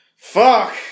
Fuck